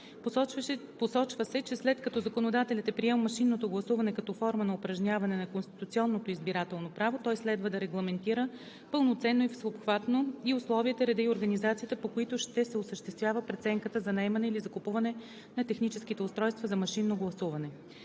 Посочва се, че след като законодателят е приел машинното гласуване като форма на упражняване на конституционното избирателно право, той следва да регламентира пълноценно и всеобхватно и условията, реда и организацията, по които ще се осъществява, преценката за наемане или закупуване на техническите устройства за машинно гласуване.